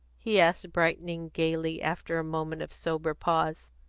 he asked, brightening gaily after a moment of sober pause,